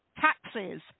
taxes